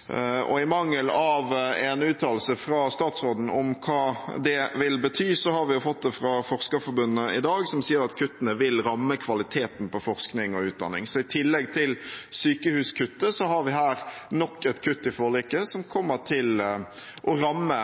høyskolesektoren. I mangel av en uttalelse fra statsråden om hva det vil bety, har vi fått det fra Forskerforbundet i dag, som sier at kuttene vil ramme kvaliteten på forskning og utdanning. Så i tillegg til sykehuskuttet har vi her nok et kutt i forliket som i dette tilfellet kommer til å ramme